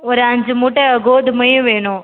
ஒரு அஞ்சி மூட்டை கோதுமையும் வேணும்